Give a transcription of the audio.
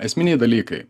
esminiai dalykai